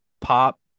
pop